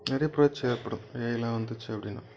நிறைய புரட்சி ஏற்படும் ஏஐலாம் வந்துச்சு அப்படின்னா